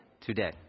today